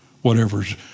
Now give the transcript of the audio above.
whatever's